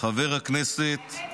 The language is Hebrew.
חבר הכנסת רם בן ברק.